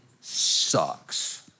sucks